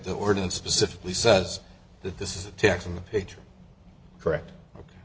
the ordinance specifically says that this is a texan the picture correct